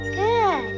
Good